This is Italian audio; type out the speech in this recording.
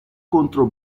contro